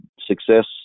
success